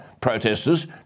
protesters